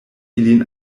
ilin